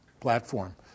platform